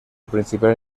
principal